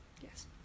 Yes